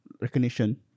recognition